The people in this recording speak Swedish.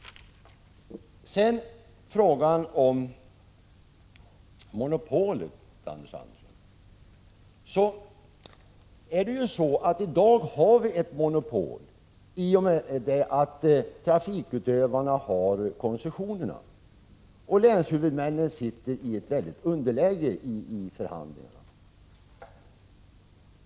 Sönrafik När det gäller monopol, Anders Andersson, är det så att det i dag finns ett monopol i och med att trafikutövarna har koncessionerna. Länshuvudmännen är i ett klart underläge i förhandlingarna.